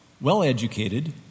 well-educated